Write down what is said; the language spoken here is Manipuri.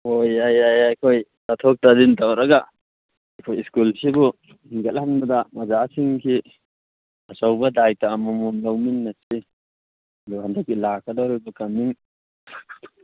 ꯑꯣ ꯌꯥꯏ ꯌꯥꯏ ꯑꯩꯈꯣꯏ ꯇꯥꯊꯣꯛ ꯇꯥꯁꯤꯟ ꯇꯧꯔꯒ ꯑꯩꯈꯣꯏ ꯁ꯭ꯀꯨꯜꯁꯤꯕꯨ ꯍꯤꯡꯒꯠꯍꯟꯕꯗ ꯑꯣꯖꯥꯁꯤꯡꯁꯤ ꯑꯆꯧꯕ ꯗꯥꯏꯇ ꯑꯃꯃꯝ ꯂꯧꯃꯤꯟꯅꯁꯤ ꯑꯗꯨ ꯍꯟꯗꯛꯀꯤ ꯂꯥꯛꯀꯗꯧꯔꯤꯕ ꯀꯃꯤꯡ